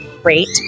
great